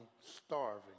starving